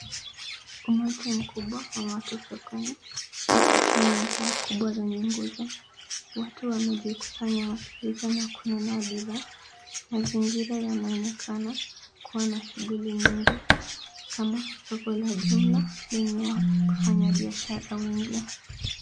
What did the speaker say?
Umati mkubwa wa watu sokoni wako chini ya paa kubwa lenye nguzo. Wote wamejikusanya wakiuza na kununa bidhaa. Mazingira yanaonekana kuwa na shughuli nyingi, kama soko la jumla lenye wafanya biashara wengi.